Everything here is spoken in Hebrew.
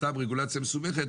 סתם רגולציה מסובכת,